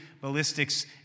ballistics